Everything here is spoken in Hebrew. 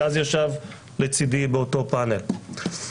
שאז ישב לצדי באותו פאנל.